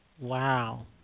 Wow